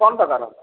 କ'ଣ ଦରକାର